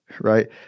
right